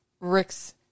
Rick's